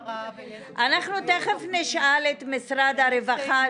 --- אנחנו תיכף נשאל את משרד הרווחה.